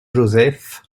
joseph